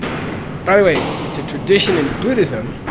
okay? by the way, it's a tradition in buddhism